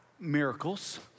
Miracles